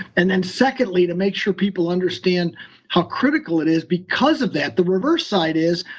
and then secondly, to make sure people understand how critical it is because of that. the reverse side is,